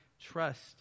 trust